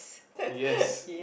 yes